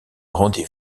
rendez